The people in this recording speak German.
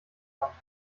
bekannt